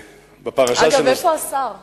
אגב, איפה השר התורן?